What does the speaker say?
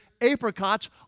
apricots